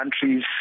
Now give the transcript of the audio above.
countries